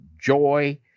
joy